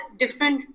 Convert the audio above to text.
different